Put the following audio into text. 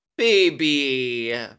Baby